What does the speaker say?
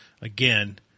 again